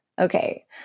Okay